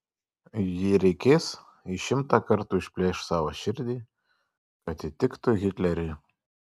jei reikės jis šimtą kartų išplėš savo širdį kad įtiktų hitleriui